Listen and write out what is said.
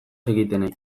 zekitenei